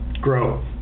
grow